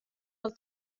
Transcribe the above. del